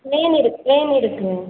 name இருக்கு name இருக்குதுங்க